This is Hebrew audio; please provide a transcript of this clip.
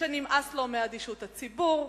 שנמאס לו מאדישות הציבור,